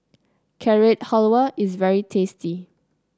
Carrot Halwa is very tasty